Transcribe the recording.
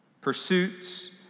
pursuits